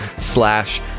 slash